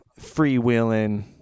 freewheeling